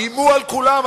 איימו על כולם,